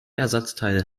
ersatzteil